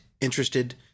interested